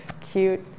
cute